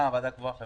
אוקיי.